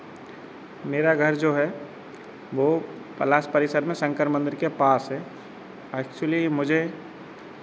मेरा घर जो है वो पलास परिसर में शंकर मंदिर के पास है ऐक्चुअली मुझे